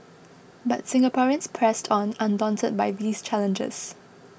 but Singaporeans pressed on undaunted by these challenges